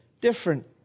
different